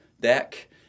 deck